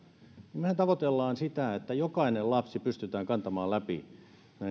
niin mehän tavoittelemme sitä että jokainen lapsi pystytään kantamaan läpi